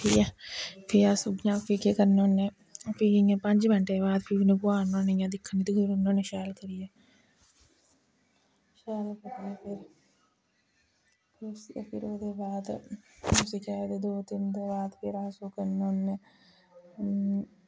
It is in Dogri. ठीक ऐ फ्ही अस इ'यां फ्ही केह् करने होन्ने फ्ही इ'यां पंज़ मैंट्टें दे बाद गोहाड़ने होन्ने इ'यां दिक्खने होन्ने दिखदे रौह्न्ने होन्ने शैल करियै शैल करने फिर ओह्दे बाद उसी केह् आखदे दो तिन्न बाद दे फिर अस ओह् करने होन्ने